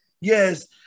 yes